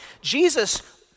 Jesus